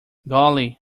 golly